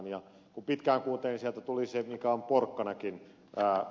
kun pitkään kuunteli sieltä tuli se mikä on porkkanakin ed